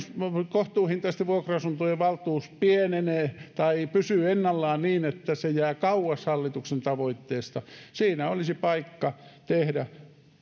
kohtuuhintaisten vuokra asuntojen valtuus pienenee tai pysyy ennallaan niin että se jää kauas hallituksen tavoitteesta siinä olisi paikka tehdä